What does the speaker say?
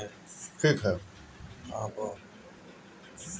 सुरमा valley branch tea association Silchar में बा